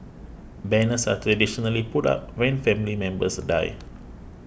banners are traditionally put up when family members die